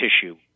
tissue